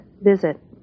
visit